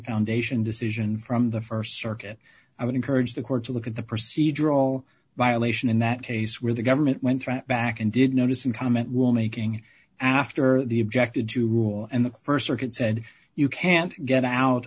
foundation decision from the st circuit i would encourage the court to look at the procedural violation in that case where the government went back and did notice and comment will making after the objected to rule and the st circuit said you can't get out